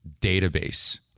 database